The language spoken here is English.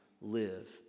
live